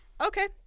Okay